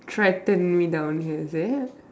threaten me down here is it